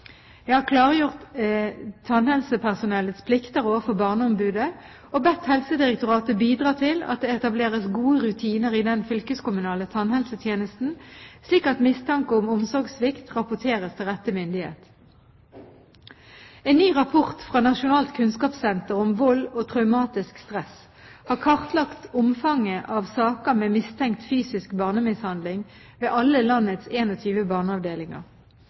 Jeg har klargjort tannhelsepersonellets plikter overfor Barneombudet og bedt Helsedirektoratet bidra til at det etableres gode rutiner i den fylkeskommunale tannhelsetjenesten, slik at mistanke om omsorgssvikt rapporteres til rette myndighet. En ny rapport fra Nasjonalt kunnskapssenter om vold og traumatisk stress har kartlagt omfanget av saker med mistenkt fysisk barnemishandling ved alle landets 21 barneavdelinger.